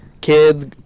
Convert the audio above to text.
kids